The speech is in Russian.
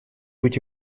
быть